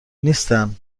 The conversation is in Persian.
نیستن